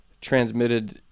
transmitted